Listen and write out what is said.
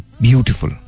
beautiful